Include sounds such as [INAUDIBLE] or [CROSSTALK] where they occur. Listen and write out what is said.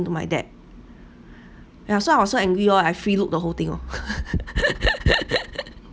to my dad ya so I was so angry lor I free look the whole thing oh [LAUGHS]